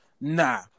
Nah